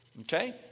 Okay